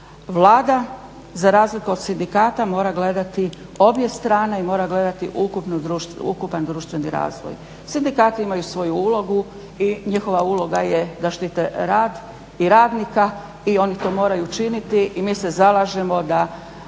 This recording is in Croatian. Vlada za razliku od sindikata mora gledati obje strane i mora gledati ukupan društveno razvoj. Sindikati imaju svoju ulogu i njihova uloga je da štite rad i radnika i oni to moraju činiti i mi se zalažemo da